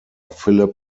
philip